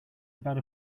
about